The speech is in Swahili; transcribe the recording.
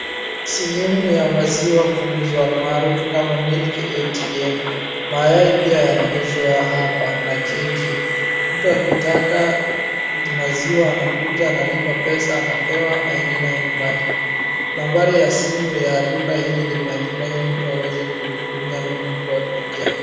Sehemu ya maziwa kuuzwa almaarufu kama MILK ATM .Mayai pia yanauzwa hapa na keki. Mtu akitaka maziwa anakuja analipa pesa anapewa aende nayo nyumbani. Nambari ya simu ya duka hili limeandikwa ili mtu aweze kutumia rununu kuwapigia.